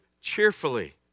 cheerfully